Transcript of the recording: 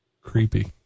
Creepy